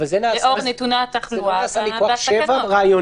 לאור נתוני התחלואה והתקנות.